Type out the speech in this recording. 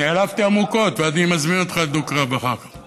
נעלבתי עמוקות, ואני מזמין אותך לדו-קרב אחר כך.